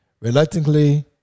Reluctantly